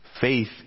Faith